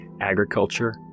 agriculture